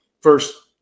first –